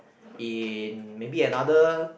in maybe another